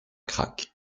crac